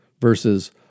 versus